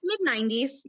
Mid-90s